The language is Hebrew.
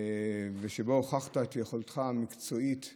שבהן הוכחת את יכולתך המקצועית והאישית,